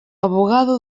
abogado